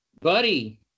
Buddy